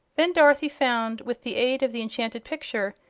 then dorothy found, with the aid of the enchanted picture,